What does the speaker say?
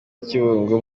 kibungo